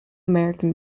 american